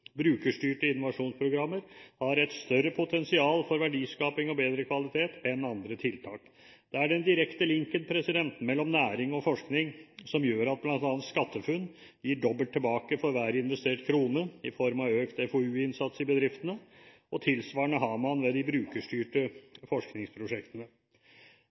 brukerstyrte innovasjonsprogrammer har et større potensial for verdiskaping og bedre kvalitet enn andre tiltak. Det er den direkte linken mellom næring og forskning som gjør at bl.a. SkatteFUNN gir dobbelt tilbake for hver investert krone i form av økt FoU-innsats i bedriftene, og tilsvarende har man ved de